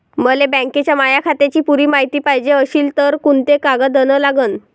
मले बँकेच्या माया खात्याची पुरी मायती पायजे अशील तर कुंते कागद अन लागन?